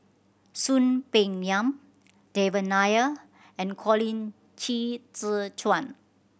Soon Peng Yam Devan Nair and Colin Qi Zhe Quan